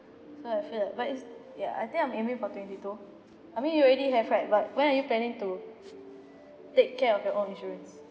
so I feel like but it's ya I think I'm aiming for twenty two I mean you already have right but when are you planning to take care of your own insurance